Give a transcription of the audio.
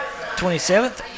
27th